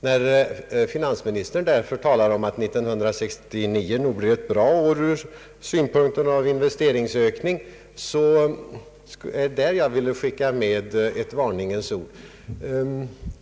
När finansministern menar att 1969 nog blir ett bra år från investeringsökningssynpunkt, vill jag därför skicka med ett varningens ord.